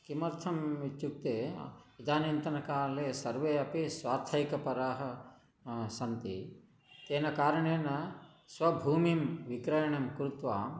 किमर्थम् इत्युक्ते इदानींतनकाले सर्वे अपि स्वार्थैकपराः सन्ति तेन कारणेन स्वभूमिं विक्रयणं कृत्वा